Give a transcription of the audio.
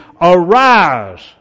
Arise